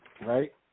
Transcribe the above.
right